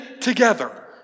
together